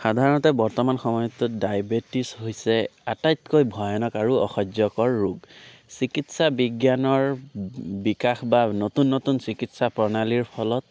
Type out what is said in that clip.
সাধাৰণতে বৰ্তমান সময়টোত ডায়বেটিছ হৈছে আটাইতকৈ ভয়ানক আৰু অসহ্যকৰ ৰোগ চিকিৎসা বিজ্ঞানৰ বিকাশ বা নতুন নতুন চিকিৎসা প্ৰণালীৰ ফলত